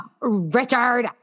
Richard